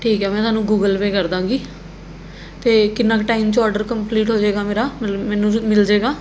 ਠੀਕ ਹੈ ਮੈਂ ਤੁਹਾਨੂੰ ਗੂਗਲ ਪੇ ਕਰ ਦੇਵਾਂਗੀ ਅਤੇ ਕਿੰਨਾ ਕੁ ਟਾਇਮ 'ਚ ਔਡਰ ਕੰਪਲੀਟ ਹੋ ਜਾਵੇਗਾ ਮੇਰਾ ਮੈਨੂੰ ਕਦ ਮਿਲ ਜਾਵੇਗਾ